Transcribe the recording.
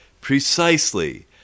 Precisely